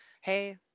hey